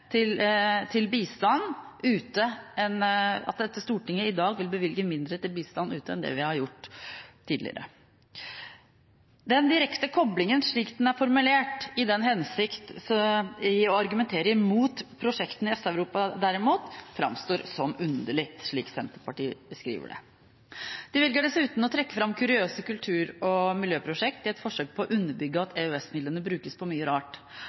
til bistand ute enn det vi har gjort tidligere. Den direkte koblingen, slik den er formulert, i den hensikt å argumentere imot å støtte prosjektene i Øst-Europa, framstår derimot som underlig – slik Senterpartiet beskriver det. De velger dessuten å trekke fram kuriøse kultur- og miljøprosjekter i et forsøk på å underbygge at EØS-midlene brukes til mye rart.